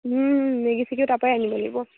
Maggi চেগি তাৰপৰাই আনিব লাগিব